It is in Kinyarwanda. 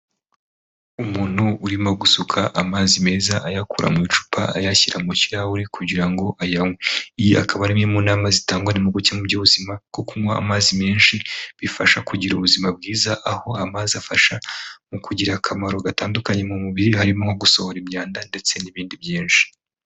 Umuntu urimo gusuka amazi meza ayakura mu icupa, ayashyira mu kirahure kugira ngo ayanywe, akaba ari imwe mu nama zitangwa n'impuguke mu by'ubuzima, ko kunywa amazi menshi bifasha kugira ubuzima bwiza, aho amazi afasha mu kugira akamaro gatandukanye mu mubiri, harimo nko gusohora imyanda ndetse n'ibindi byinshi.